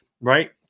Right